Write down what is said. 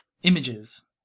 images